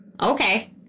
Okay